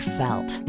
felt